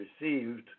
received